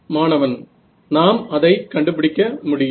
மாணவன் நாம் அதை கண்டுபிடிக்க முடியும்